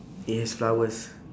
it has flowers